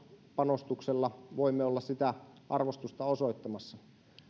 panostuksella voimme olla sitä arvostusta osoittamassa